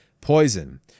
poison